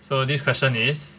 so this question is